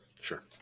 sure